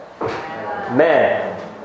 Man